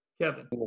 Kevin